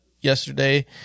yesterday